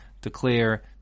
declare